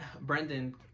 Brendan